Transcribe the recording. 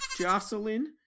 Jocelyn